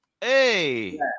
Hey